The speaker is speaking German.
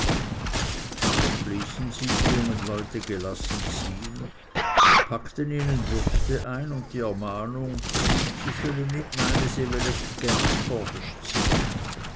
doch ließen sie die jungen leute gelassen ziehen packten ihnen würste ein und die ermahnung si sölle nit meyne sie welle geng